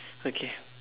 okay